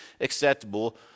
acceptable